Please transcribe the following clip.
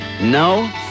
No